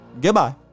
goodbye